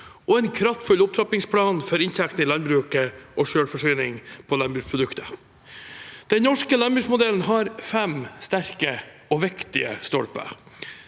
og en kraftfull opptrappingsplan for inntekten i landbruket og selvforsyning av landbruksprodukter. Den norske landbruksmodellen har fem sterke og viktige stolper: